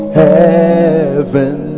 heaven